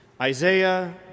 Isaiah